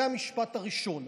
זה המשפט הראשון,